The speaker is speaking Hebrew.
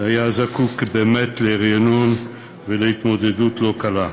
הוא באמת היה זקוק לרענון, ובהתמודדות לא קלה.